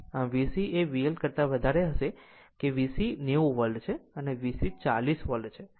આમ VC એ VL કરતા વધારે હશે કે VC 90 વોલ્ટ છે અને VC 40 વોલ્ટ છે